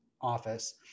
office